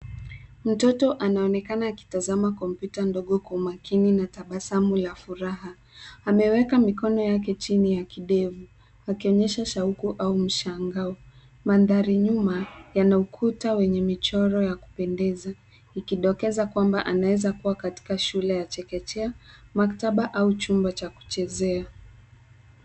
Mtoto anaonekana akitazama kompyuta ndogo kwa umakini na tabasamu ya furaha. Ameweka mikono yake chini ya kidevu, akionyesha shauku au mshangao. Mandhari nyuma, yana ukuta wenye michoro ya kupendeza, ikidokeza kwamba anaeza kuwa katika shule ya chekechea, maktaba au chumba cha kuchezea.